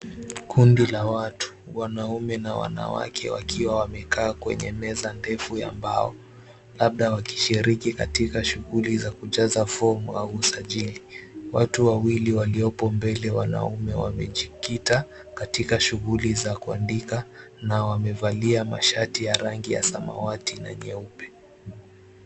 Kundi la watu wanaume na wanawake wakiwa wamekaa kwenye meza ndefu ya mbao, labda wakishiriki katika shughuli za kujaza form au usajili watu. Wawili waliopo mbele wanaume wamejikita katika shughuli za kuandika na wamevalia mashati ya rangi ya samawati na nyeupe.